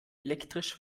elektrisch